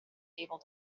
able